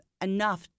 enough